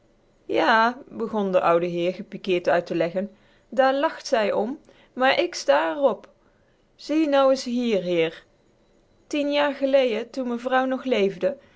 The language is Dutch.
ja begon de ouwe heer gepiqueerd uit te leggen daar lacht zij om maar ik sta r op zie nou is hier meneer tien jaar gelejen toen m'n vrouw nog leefde